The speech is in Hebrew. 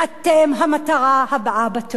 אתם המטרה הבאה בתור.